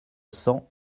cents